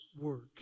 work